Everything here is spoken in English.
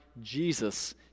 Jesus